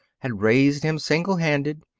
had raised him single-handed,